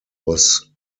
was